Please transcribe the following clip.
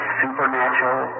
supernatural